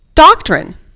doctrine